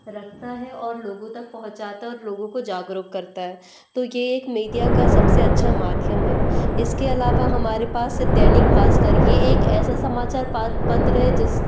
रखता है और लोगों तक पहुँचाता और लोगों को जागरूक करता है तो यह एक मीडिया का सबसे अच्छा माध्यम है इसके अलावा हमारे पास दैनिक भास्कर यह एक ऐसा समाचार पात पत्र है जिस